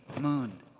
moon